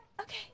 Okay